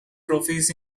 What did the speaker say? trophies